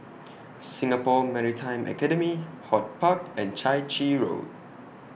Singapore Maritime Academy HortPark and Chai Chee Road